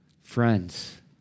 Friends